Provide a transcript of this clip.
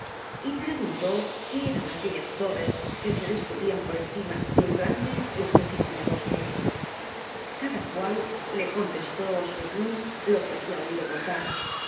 y preguntó qué eran aquellas torre que se descubrían por encima de un grande y e peísimo bosque cada cual le contcst í egun lo que había biblioteca nacional de españa oído contar